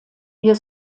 wir